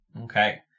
Okay